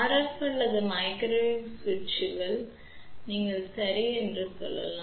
F அல்லது microwave சுவிட்சுகள் நீங்கள் சரி என்று சொல்லலாம்